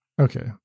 Okay